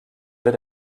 wird